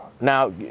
Now